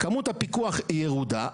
כמות הפיקוח היא ירודה.